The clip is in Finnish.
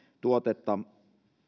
tuotetta